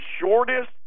shortest